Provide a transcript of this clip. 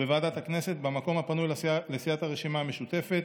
בוועדת הכנסת, במקום הפנוי לסיעת הרשימה המשותפת